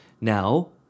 Now